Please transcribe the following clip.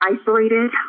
isolated